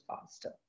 faster